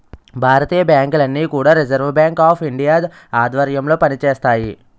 భారతీయ బ్యాంకులన్నీ కూడా reserve bank of India ఆధ్వర్యంలో పనిచేస్తాయి